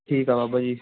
ਠੀਕ ਆ ਬਾਬਾ ਜੀ